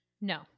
No